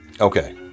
okay